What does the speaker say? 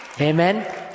amen